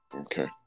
Okay